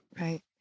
Right